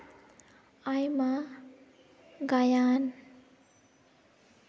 ᱟᱭᱢᱟ ᱜᱟᱭᱟᱱ